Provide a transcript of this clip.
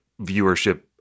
viewership